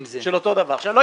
עם כל הכבוד, לא